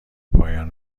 پایان